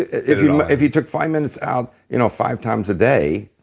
if if you took five minutes out, you know, five times a day,